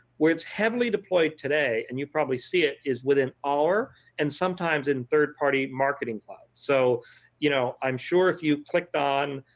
what's heavily deployed today and you'll probably see it is within our and sometimes in third party marketing cloud. so you know i'm sure if you clicked on,